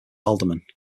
aldermen